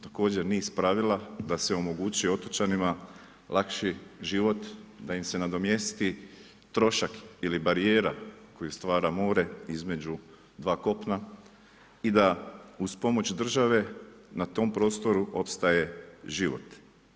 Također niz pravila da se omogući otočanima lakši život, da im se nadomjesti trošak ili barijera koje stvara more između dva kopna i da uz pomoć države na tom prostoru opstaje život.